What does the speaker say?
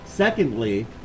Secondly